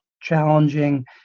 challenging